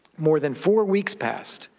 more than four weeks past,